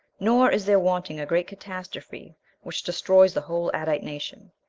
nor is there wanting a great catastrophe which destroys the whole adite nation,